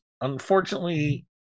unfortunately